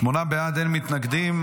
שמונה בעד, אין מתנגדים.